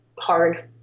hard